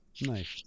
Nice